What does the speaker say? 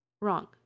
Wrong